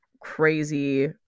crazy